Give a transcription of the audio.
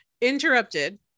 interrupted